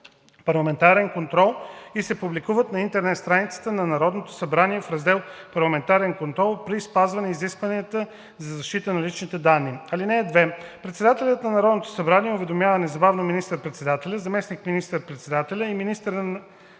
„Парламентарен контрол“ и се публикуват на интернет страницата на Народното събрание в раздел „Парламентарен контрол“ при спазване изискванията за защита на личните данни. (2) Председателят на Народното събрание уведомява незабавно министър-председателя, заместник министър-председателя или министъра